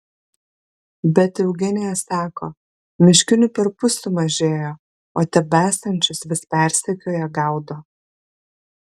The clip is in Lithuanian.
bet eugenija sako miškinių perpus sumažėjo o tebesančius vis persekioja gaudo